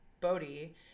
Bodhi